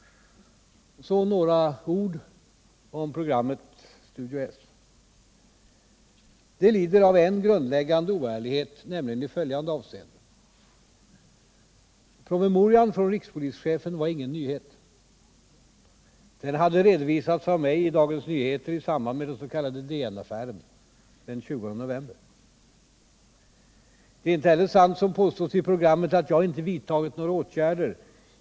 Så några ord om programmet Studio S. Det lider av en grundläggande oärlighet, nämligen i följande avseenden. Det är inte heller sant, som påstods i programmet, att jag inte vidtagit några åtgärder.